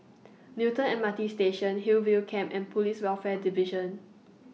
Newton M R T Station Hillview Camp and Police Welfare Division